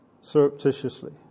surreptitiously